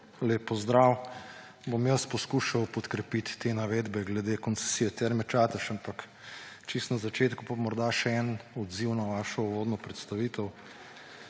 lep pozdrav! Bom jaz poskušal podkrepiti te navedbe glede koncesije Term Čatež. Ampak čisto na začetku pa morda še en odziv na vašo uvodno predstavitev.